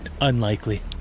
Unlikely